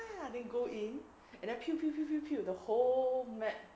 then go in and then pew pew pew pew pew the whole map